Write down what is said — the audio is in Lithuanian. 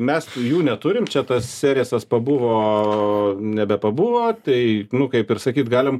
mes jų neturim čia tas serijasas pabuvo nebepabuvo tai nu kaip ir sakyt galim